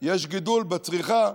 יש גידול בצריכה,